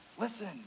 listen